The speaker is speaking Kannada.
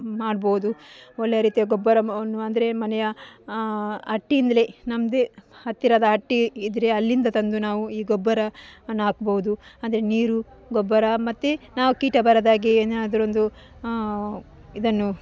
ಮಾಡ್ಬೋದು ಒಳ್ಳೆಯ ರೀತಿಯ ಗೊಬ್ಬರವನ್ನು ಅಂದರೆ ಮನೆಯ ಹಟ್ಟಿಯಿಂದಲೆ ನಮ್ಮದೇ ಹತ್ತಿರದ ಹಟ್ಟಿ ಇದ್ದರೆ ಅಲ್ಲಿಂದ ತಂದು ನಾವು ಈ ಗೊಬ್ಬರವನ್ ಹಾಕ್ಬೋದು ಅಂದರೆ ನೀರು ಗೊಬ್ಬರ ಮತ್ತು ನಾವು ಕೀಟ ಬರದ ಹಾಗೆ ಏನಾದ್ರೂ ಒಂದು ಇದನ್ನು